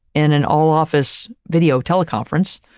in an all office video teleconference,